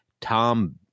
Tom